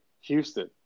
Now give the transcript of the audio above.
Houston